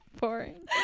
boring